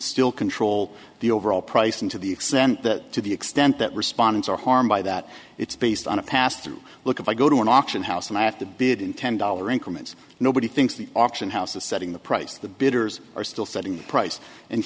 still control the overall price and to the extent that to the extent that respondents are harmed by that it's based on a past look if i go to an auction house and i have to bid in ten dollar increments nobody thinks the auction house is setting the price the bidders are still setting a price and